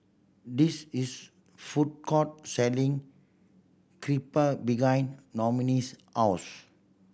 this is food court selling Crepe behind Noemie's house